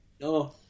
No